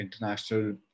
international